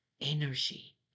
energy